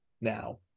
now